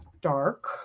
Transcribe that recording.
dark